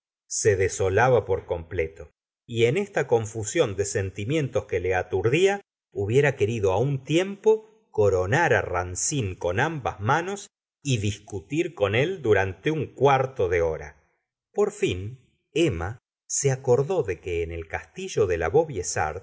se desolaba por completo y en esta confusión de sentimientos que le aturdía hubiera querido un tiempo coronar racine con ambas manos y discutir con él durante un cuarto de hora por fin emma se acordó de que en el castillo de la